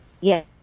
Yes